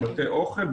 בתי אוכל,